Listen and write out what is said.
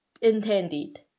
intended